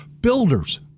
Builders